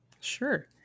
Sure